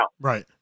Right